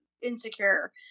insecure